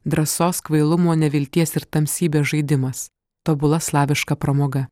drąsos kvailumo nevilties ir tamsybės žaidimas tobula slaviška pramoga